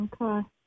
Okay